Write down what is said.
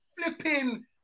flipping